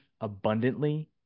abundantly